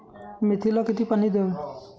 मेथीला किती पाणी द्यावे?